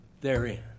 therein